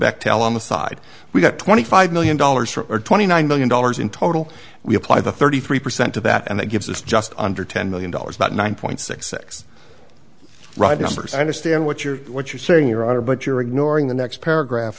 bechtel on the side we got twenty five million dollars for twenty nine million dollars in total we apply the thirty three percent to that and that gives us just under ten million dollars about nine point six six right numbers i understand what you're what you're saying your honor but you're ignoring the next paragraph